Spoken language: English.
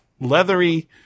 leathery